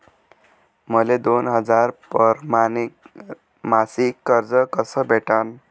मले दोन हजार परमाने मासिक कर्ज कस भेटन?